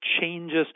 changes